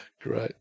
Great